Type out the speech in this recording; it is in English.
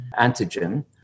antigen